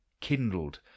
kindled